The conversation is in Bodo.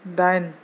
दाइन